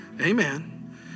Amen